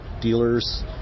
dealers